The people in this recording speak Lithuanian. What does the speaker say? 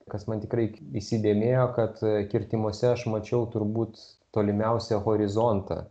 kas man tikrai įsidėmėjo kad kirtimuose aš mačiau turbūt tolimiausią horizontą